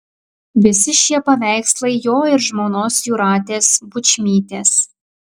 visi šie paveikslai jo ir žmonos jūratės bučmytės